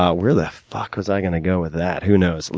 ah where the fuck was i gonna go with that? who knows?